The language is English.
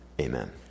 Amen